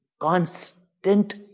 constant